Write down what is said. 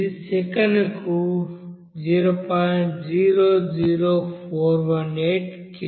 ఇది సెకనుకు 0